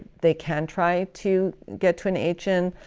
they can try to get to an agent.